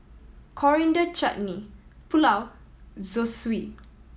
Coriander Chutney Pulao Zosui